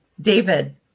David